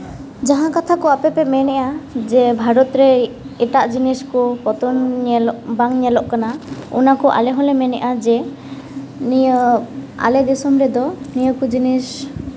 ᱡᱟᱦᱟᱸ ᱠᱟᱛᱷᱟ ᱠᱚ ᱟᱯᱮ ᱯᱮ ᱢᱮᱱᱮᱜᱼᱟ ᱡᱮ ᱵᱷᱟᱨᱚᱛ ᱨᱮ ᱮᱴᱟᱜ ᱡᱤᱱᱤᱥ ᱠᱚ ᱯᱚᱛᱚᱱ ᱵᱟᱝ ᱧᱮᱞᱚᱜ ᱠᱟᱱᱟ ᱚᱱᱟ ᱠᱚ ᱟᱞᱮ ᱦᱚᱸᱞᱮ ᱢᱮᱱᱮᱫᱼᱟ ᱡᱮ ᱱᱤᱭᱟᱹ ᱟᱞᱮ ᱫᱤᱥᱚᱢ ᱨᱮᱫᱚ ᱱᱤᱭᱟᱹ ᱠᱚ ᱡᱤᱱᱤᱥ